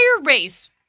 race